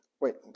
Wait